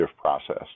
process